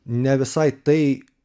ne visai tai